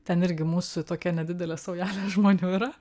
ten irgi mūsų tokia nedidelė saujelė žmonių yra